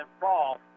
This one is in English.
fall